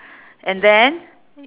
and then